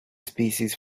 species